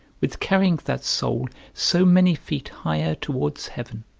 with carrying that soul so many feet higher towards heaven.